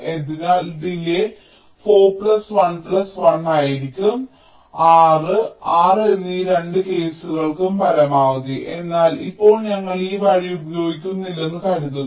അതിനാൽ ഡിലേയ് 4 1 1 ആയിരിക്കും 6 6 എന്നീ രണ്ട് കേസുകൾക്കും പരമാവധി എന്നാൽ ഇപ്പോൾ ഞങ്ങൾ ഈ വഴി ഉപയോഗിക്കുന്നില്ലെന്ന് കരുതുക